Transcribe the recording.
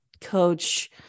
coach